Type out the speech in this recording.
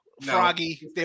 froggy